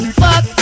fuck